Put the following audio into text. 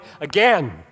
again